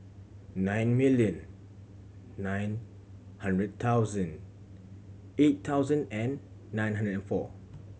nine million nine hundred thousand eight thousand and nine hundred and four